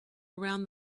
around